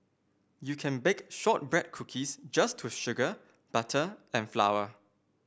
you can bake shortbread cookies just to sugar butter and flour